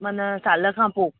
माना साल खां पोइ